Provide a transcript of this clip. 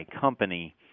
company